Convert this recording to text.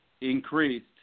increased